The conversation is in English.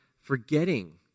forgetting